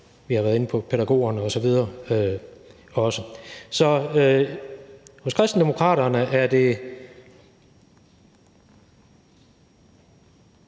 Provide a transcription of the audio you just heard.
vi har også været inde på pædagogerne osv. Så hos Kristendemokraterne er det